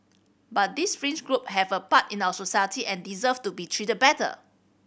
but these fringe group have a part in our society and deserve to be treated better